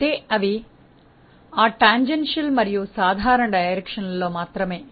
అయితే ఇవి ఆ టాంజెన్షియల్ మరియు సాధారణ దిశలలో మాత్రమే